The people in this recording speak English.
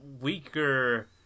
weaker